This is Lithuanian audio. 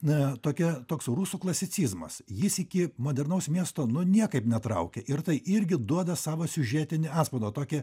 na tokia toks rusų klasicizmas jis iki modernaus miesto nu niekaip netraukia ir tai irgi duoda savą siužetinį atspaudą tokį